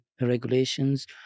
regulations